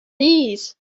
knees